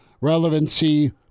relevancy